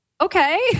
okay